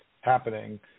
happening